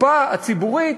הקופה הציבורית,